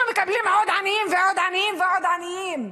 אנחנו מקבלים עוד עניים ועוד עניים ועוד עניים.